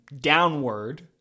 downward